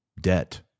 debt